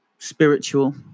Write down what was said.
Spiritual